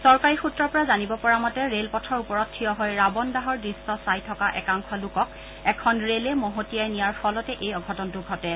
চৰকাৰী সূত্ৰৰ পৰা জানিব পৰা মতে ৰেল পথৰ ওপৰত থিয় হৈ ৰাৱন দাহৰ দৃশ্য চাই থকা একাংশ লোকক এখন ৰে'লে মহতিয়াই নিয়াৰ ফলতে এই অঘটনটো ঘটে